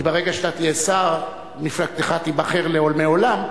כי ברגע שאתה תהיה שר מפלגתך תיבחר לעולמי עולם,